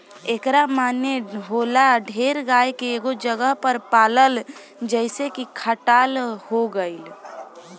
एकरा माने होला ढेर गाय के एगो जगह पर पलाल जइसे की खटाल हो गइल